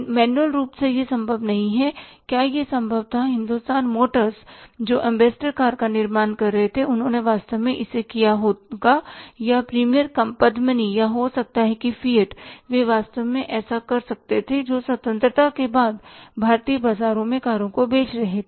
manual रूप से यह संभव नहीं है क्या यह संभव था हिंदुस्तान मोटर्स जो एंबेसडर कार का निर्माण कर रहे थे उन्होंने वास्तव में इसे किया होगा या प्रीमियर पद्मिनी या हो सकता है कि फिएट वे वास्तव में ऐसा कर सकते थे जो स्वतंत्रता के बाद भारतीय बाजारों में कारों को बेच रहे थे